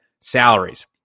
salaries